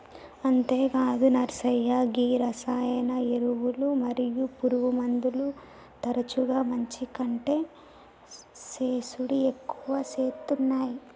అంతేగాదు నర్సయ్య గీ రసాయన ఎరువులు మరియు పురుగుమందులు తరచుగా మంచి కంటే సేసుడి ఎక్కువ సేత్తునాయి